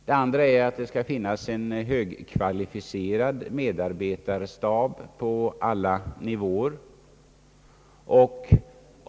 Den andra är att det skall finnas en högkvalificerad medarbetarstab på alla nivåer.